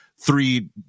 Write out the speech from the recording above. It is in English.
Three